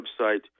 website